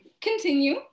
Continue